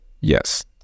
yes